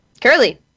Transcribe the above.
Curly